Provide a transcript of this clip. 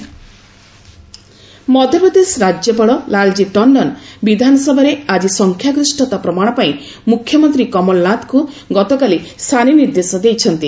MP ଆସେମ୍କି ମଧ୍ୟପ୍ରଦେଶ ରାଜ୍ୟପାଳ ଲାଲଜୀ ଟଶ୍ଚନ ବିଧାନସଭାରେ ଆକି ସଂଖ୍ୟାଗରିଷତା ପ୍ରମାଣ ପାଇଁ ମୁଖ୍ୟମନ୍ତ୍ରୀ କମଲନାଥଙ୍କୁ ଗତକାଲି ସାନି ନିର୍ଦ୍ଦେଶ ଦେଇଛନ୍ତି